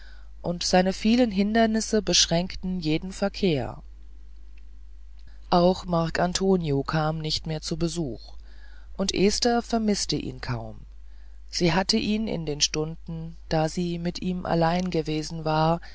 und seine vielen hindernisse beschränkten jeden verkehr auch marcantonio kam nicht mehr zu besuch und esther vermißte ihn kaum sie hatte ihn in den stunden da sie mit ihm allein gewesen war